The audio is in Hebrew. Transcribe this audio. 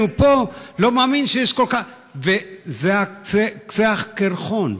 פה לא מאמין שיש כל כך וזה קצה הקרחון,